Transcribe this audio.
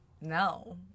No